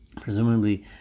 presumably